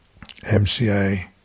mca